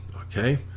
okay